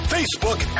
Facebook